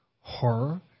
horror